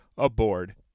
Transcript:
Aboard